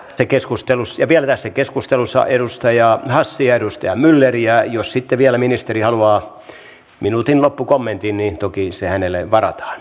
ja vielä tässä keskustelussa edustaja hassi ja edustaja myller ja jos sitten vielä ministeri haluaa minuutin loppukommentin niin toki se hänelle varataan